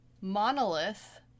monolith